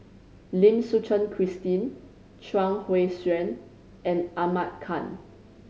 Lim Suchen Christine Chuang Hui Tsuan and Ahmad Khan